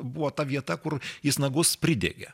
buvo ta vieta kur jis nagus pridegė